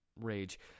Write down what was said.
rage